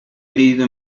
herido